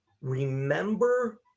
Remember